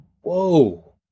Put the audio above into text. Whoa